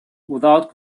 without